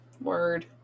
Word